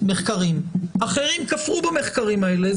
אחרים כפרו במחקרים האלה,